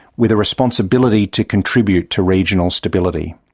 with a responsibility to contribute to regional stability.